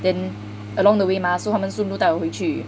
then along the way mah so 他们顺路带我回去